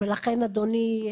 אדוני,